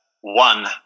one